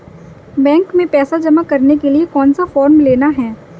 Bank में पैसा जमा करने के लिए कौन सा फॉर्म लेना है?